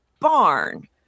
barn